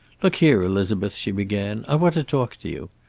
look here, elizabeth, she began, i want to talk to you.